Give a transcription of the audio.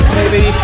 Baby